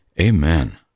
Amen